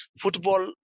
Football